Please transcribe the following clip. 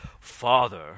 father